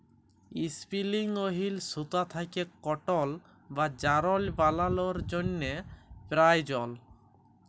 ইসপিলিং wheel সুতা থ্যাকে কটল বা যারল বালালোর জ্যনহে পেরায়জল